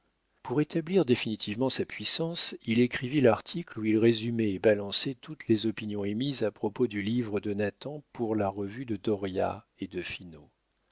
pour établir définitivement sa puissance il écrivit l'article où il résumait et balançait toutes les opinions émises à propos du livre de nathan pour la revue de dauriat et de finot